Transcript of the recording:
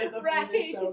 Right